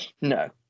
No